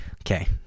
okay